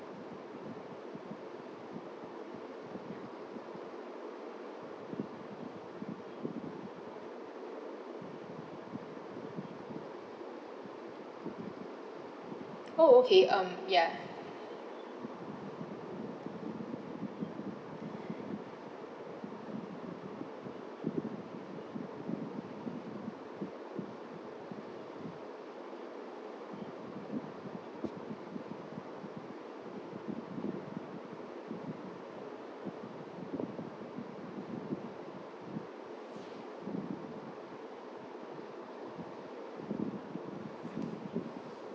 oh okay um ya